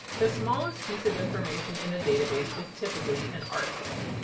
the smallest piece of information in a database is typically an article.